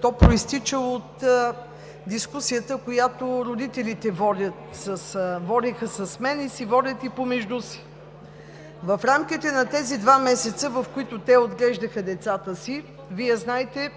то произтича от дискусията, която родителите водиха с мен и водят и помежду си. В рамките на тези два месеца, в които те отглеждаха децата си, Вие знаете,